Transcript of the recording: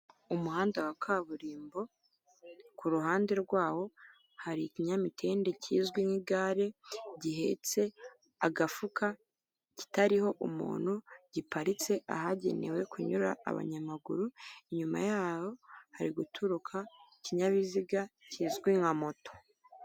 Umuhanda wa kaburimbo ku ruhande rwawo hari ikinyamitende kizwi nk'igare gihetse agafuka, kitariho umuntu giparitse ahagenewe kunyura abanyamaguru, inyuma yaho hari guturuka ikinyabiziga kizwi nka moto.